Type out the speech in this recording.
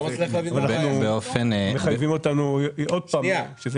מצליח להבין --- מחייבים אותנו עוד פעם --- שנייה,